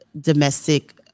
domestic